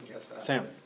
Sam